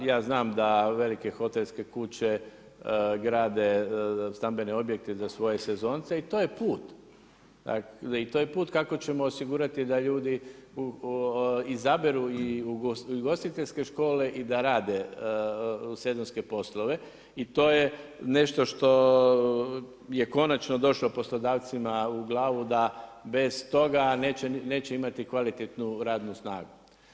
Ja znam da velike hotelske kuće grade stambene objekte za svoje sezonce i to je put kako ćemo osigurati da ljudi izabiru ugostiteljske škole i da rade sezonske poslove i to je nešto što je konačno došlo poslodavcima u glavu da bez toga neće imati kvalitetnu radnu snagu.